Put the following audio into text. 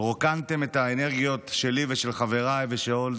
רוקנתם את האנרגיות שלי ושל חבריי ושל עוד